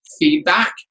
feedback